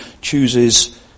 chooses